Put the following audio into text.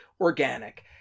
organic